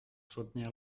soutenir